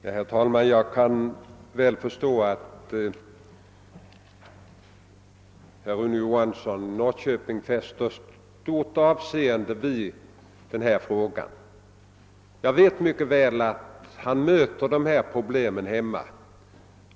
Herr talman! Jag kan mycket väl förstå att herr Rune Johansson i Norrköping fäster stort avseende vid denna fråga. Jag vet mycket väl att han möter dessa problem hemma i sin egen stad.